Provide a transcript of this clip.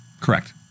Correct